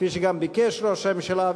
כפי שגם ביקש ראש הממשלה,